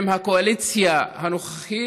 עם הקואליציה הנוכחית?